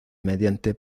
mediante